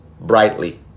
brightly